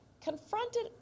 confronted